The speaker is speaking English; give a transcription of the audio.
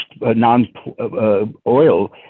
non-oil